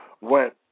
went